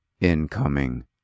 Incoming